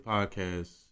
Podcast